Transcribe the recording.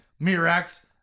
mirax